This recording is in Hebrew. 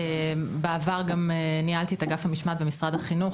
בעבר גם ניהלתי את אגף המשמעת במשרד החינוך,